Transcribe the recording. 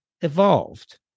evolved